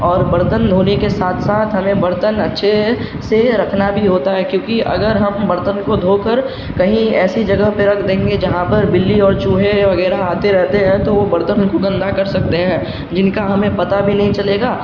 اور برتن دھونے کے ساتھ ساتھ ہمیں برتن اچھے سے رکھنا بھی ہوتا ہے کیونکہ اگر ہم برتن کو دھو کر کہیں ایسی جگہ پہ رکھ دیں گے جہاں پر بلی اور چوہے وغیرہ آتے رہتے ہیں تو وہ برتن کو گندا کر سکتے ہیں جن کا ہمیں پتہ بھی نہیں چلے گا